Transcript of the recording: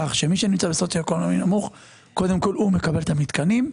כך שקודם כל מי שנמצא בסוציו אקונומי נמוך מקבל את המתקנים.